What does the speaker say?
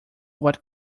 what